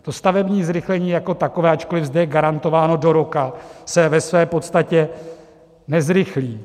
To stavební zrychlení jako takové, ačkoliv zde je garantováno do roka, se ve své podstatě nezrychlí.